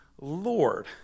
Lord